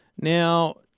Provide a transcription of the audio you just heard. Now